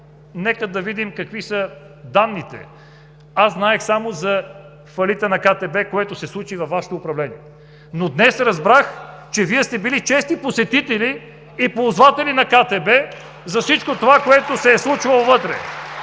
нека да видим какви са данните. Аз знаех само за фалита на КТБ, което се случи във Вашето управление, но днес разбрах, че Вие сте били чести посетители и ползватели на КТБ (ръкопляскания от ГЕРБ) за всичко това, което се е случвало вътре.